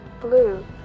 blue